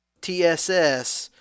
TSS